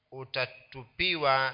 utatupiwa